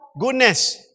Goodness